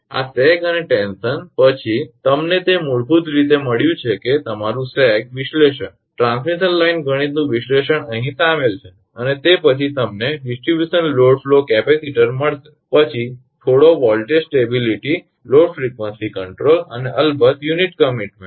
આ સેગ અને ટેન્શન પછી તમને તે મૂળભૂત રીતે મળ્યું છે કે તમારુ સેગ વિશ્લેષણ અને ટ્રાન્સમિશન લાઇન ગણિતનું વિશ્લેષણ અહીં સામેલ છે અને તે પછી તમને ડિસ્ટ્રિબ્યુશન લોડ ફ્લો કેપેસિટર મળશે પછી થોડું voltage stability load frequency control અને અલબત્ત યુનિટ કમીટમેન્ટ